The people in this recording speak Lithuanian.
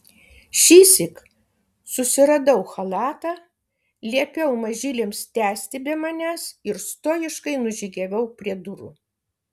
šįsyk susiradau chalatą liepiau mažyliams tęsti be manęs ir stojiškai nužygiavau prie durų